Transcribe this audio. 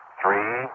three